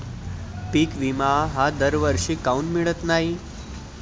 पिका विमा हा दरवर्षी काऊन मिळत न्हाई?